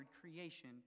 creation